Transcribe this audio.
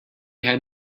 had